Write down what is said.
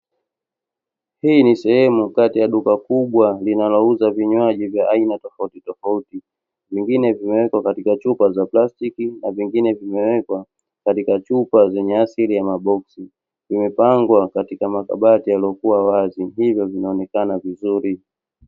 Hii ni sehemu kati ya duka kubwa linalouza viywaji vya aina tofautitofauti, vingine vimewekwa katika chupa za plastiki na vingine zimewekwa katika chupa zenye asili ya maboksi, vimepangwa katika makabati yaliyokuwa wazi hivyo vinaonekana vizuri.